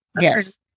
yes